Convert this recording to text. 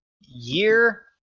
year